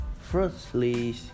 Firstly